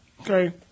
Okay